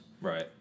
Right